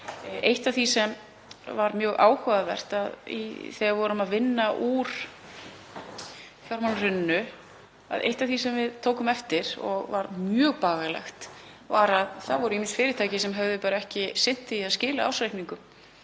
Eitt af því sem var mjög áhugavert þegar við vorum að vinna úr fjármálahruninu, eitt af því sem við tókum eftir og var mjög bagalegt var að það voru ýmis fyrirtæki sem höfðu bara ekki sinnt því að skila ársreikningum,